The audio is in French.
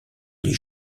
les